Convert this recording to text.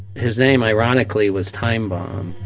his name, ironically, was time bomb